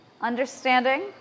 understanding